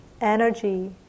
energy